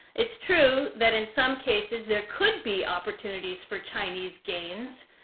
it's true that in some cases, there could be opportunities for chinese gains.